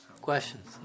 questions